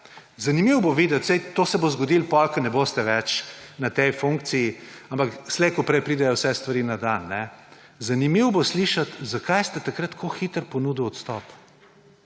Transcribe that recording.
Zanimivo bo videti. To se bo zgodilo potem, ko ne boste več na tej funkciji. Ampak slej ko prej pridejo vse stvari na dan. Zanimivo bo slišati, zakaj ste takrat tako hitro ponudili odstop.